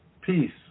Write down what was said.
peace